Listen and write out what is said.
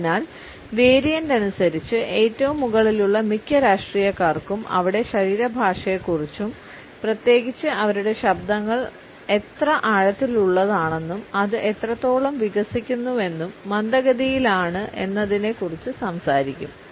അതിനാൽ വേരിയൻറ് അനുസരിച്ച് ഏറ്റവും മുകളിലുള്ള മിക്ക രാഷ്ട്രീയക്കാർക്കും അവിടെ ശരീരഭാഷയെക്കുറിച്ചും പ്രത്യേകിച്ച് അവരുടെ ശബ്ദങ്ങൾ എത്ര ആഴത്തിലുള്ളതാണെന്നും അത് എത്രത്തോളം വികസിക്കുന്നുവെന്നും മന്ദഗതിയിലാണ് എന്നതിനെ കുറിച്ച് സംസാരിക്കും